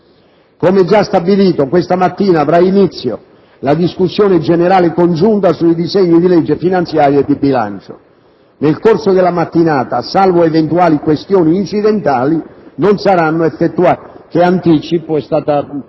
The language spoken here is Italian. Come già stabilito, questa mattina avrà inizio la discussione generale congiunta sui disegni di legge finanziaria e di bilancio. Nel corso della mattinata, salvo eventuali questioni incidentali (anticipo che è stata